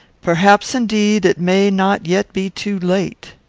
perhaps, indeed, it may not yet be too late.